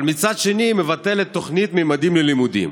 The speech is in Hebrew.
אבל מצד שני היא מבטלת את התוכנית ממדים ללימודים,